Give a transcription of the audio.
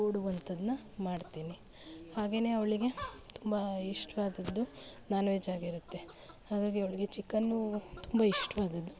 ಕೊಡುವಂಥದ್ದನ್ನ ಮಾಡ್ತೀನಿ ಹಾಗೆಯೇ ಅವಳಿಗೆ ತುಂಬ ಇಷ್ಟವಾದದ್ದು ನಾನ್ ವೆಜ್ ಆಗಿರುತ್ತೆ ಹಾಗಾಗಿ ಅವಳಿಗೆ ಚಿಕನ್ನು ತುಂಬ ಇಷ್ಟವಾದದ್ದು